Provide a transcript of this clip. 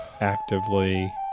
actively